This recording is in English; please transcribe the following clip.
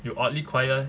you oddly quiet leh